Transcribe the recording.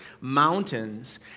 mountains